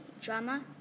drama